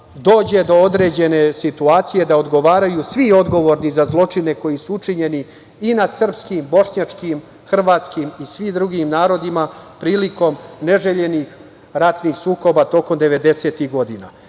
dođe do određene situacije da odgovaraju svi odgovorni za zločine koji su učinjeni i nad sprskim, bošnjačkim, hrvatskim i svim drugim narodima prilikom neželjenih ratnih sukoba tokom devedesetih